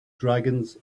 dragons